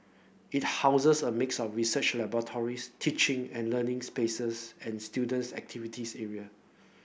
it houses a mix of research laboratories teaching and learning spaces and students activities area